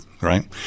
right